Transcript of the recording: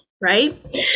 right